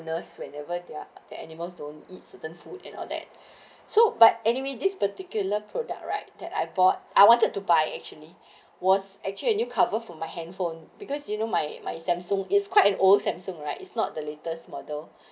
nurse whenever they are the animals don't eat certain food and all that so but anyway this particular product right that I bought I wanted to buy actually was actually a new cover from my handphone because you know my my samsung is quite an old samsung right it's not the latest model